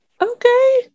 Okay